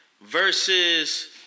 Versus